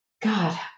God